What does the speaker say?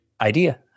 idea